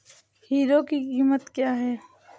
Hero की कीमत क्या है?